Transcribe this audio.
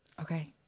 Okay